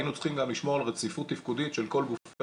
היינו צריכים לשמור גם על רציפות תפקודית של כל גורמי